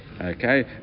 Okay